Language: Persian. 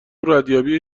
ردیابی